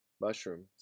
mushrooms